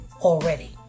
already